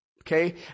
okay